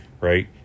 Right